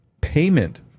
payment